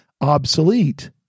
obsolete